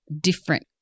different